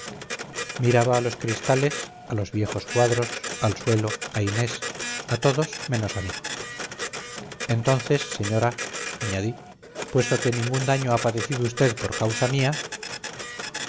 miraba a los cristales a los viejos cuadros al suelo a inés a todos menos a mí entonces señora añadí puesto que ningún daño ha padecido usted por causa mía